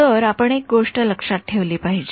तर आपण एक गोष्ट लक्षात ठेवली पाहिजे